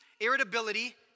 irritability